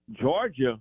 Georgia